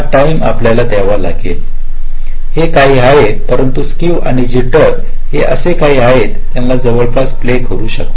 हा टाइम आपल्याला द्यावा लागेल हे काही आहेत परंतु स्क्क्यू आणि जिटर हे काही असे आहे की त्यांच्या जवळ प्ले करू शकता